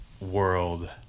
world